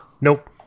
Nope